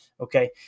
Okay